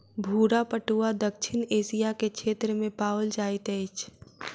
भूरा पटुआ दक्षिण एशिया के क्षेत्र में पाओल जाइत अछि